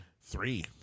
Three